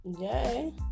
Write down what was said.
Yay